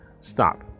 stop